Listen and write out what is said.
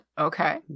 Okay